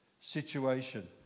situation